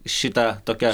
šita tokia